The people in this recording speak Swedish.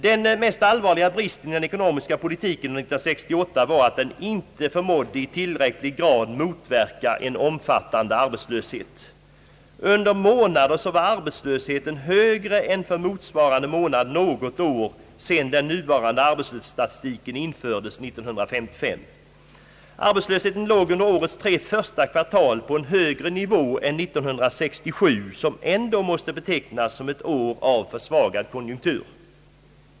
Den mest allvarliga bristen i den ekonomiska politiken under 1968 var att den inte förmådde i tillräcklig grad motverka en omfattande arbetslöshet. Under månader var arbetslösheten högre än för motsvarande månad något år, sedan den nuvarande arbetslöshetsstatistiken infördes 1955. Arbetslösheten låg under årets tre första kvartal på en högre nivå än under 1967, som ändå måste betecknas som ett år av försvagad konjunktur.